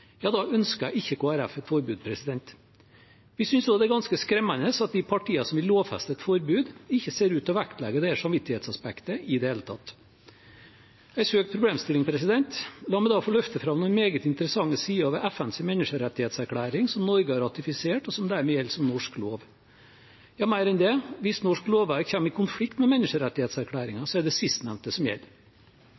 ja, da ønsker ikke Kristelig Folkeparti et forbud. Vi synes også at det er ganske skremmende at de partiene som vil lovfeste et forbud, ikke ser ut til å vektlegge dette samvittighetsaspektet i det hele tatt. Er det en søkt problemstilling? La meg da få løfte fram noen meget interessante sider ved FNs menneskerettighetserklæring, som Norge har ratifisert, og som dermed gjelder som norsk lov. Ja, mer enn det: Hvis norsk lovverk kommer i konflikt med menneskerettighetserklæringen,